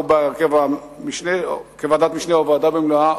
או בהרכב כוועדת משנה או הוועדה במלואה,